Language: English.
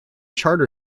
charter